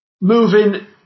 Moving